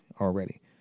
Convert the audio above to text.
already